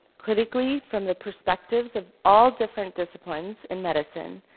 critically, from the perspectives of all different disciplines in medicine,